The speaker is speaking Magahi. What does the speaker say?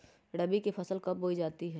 रबी की फसल कब बोई जाती है?